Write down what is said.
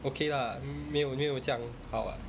okay lah 没有没有这样好 ah